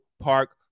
Park